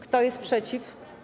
Kto jest przeciw?